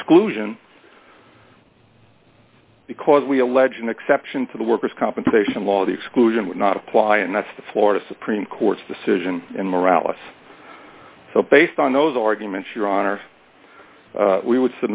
exclusion because we allege an exception to the workers compensation law the exclusion would not apply and that's the florida supreme court's decision and morality so based on those arguments your honor we would